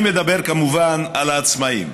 אני מדבר כמובן על העצמאים,